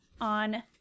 on